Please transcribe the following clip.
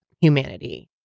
humanity